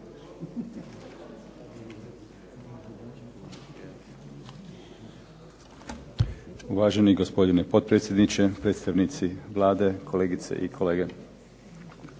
Uvaženi gospodine potpredsjedniče, predstavnici Vlade, kolegice i kolege.